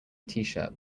tshirt